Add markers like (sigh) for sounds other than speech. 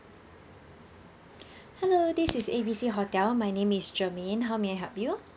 (noise) hello this is A B C hotel my name is germane how may I help you